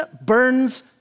burns